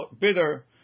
bitter